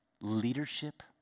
leadership